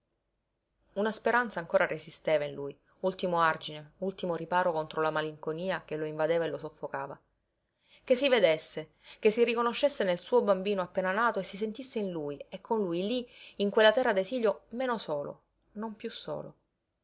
una speranza ancora resisteva in lui ultimo argine ultimo riparo contro la malinconia che lo invadeva e lo soffocava che si vedesse che si riconoscesse nel suo bambino appena nato e si sentisse in lui e con lui lí in quella terra d'esilio meno solo non piú solo